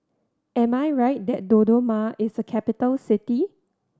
am I right that Dodoma is a capital city